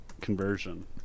conversion